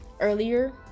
earlier